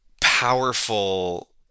powerful